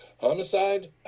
Homicide